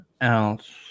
else